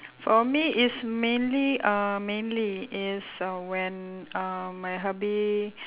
for me is mainly uh mainly is uh when uh my hubby